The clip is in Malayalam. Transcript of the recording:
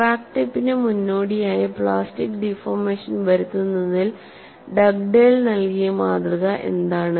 ക്രാക്ക് ടിപ്പിന് മുന്നോടിയായി പ്ലാസ്റ്റിക് ഡിഫോർമേഷൻ വരുത്തുന്നതിൽ ഡഗ്ഡേൽ നൽകിയ മാതൃക എന്താണ്